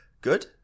good